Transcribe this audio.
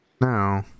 No